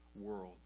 world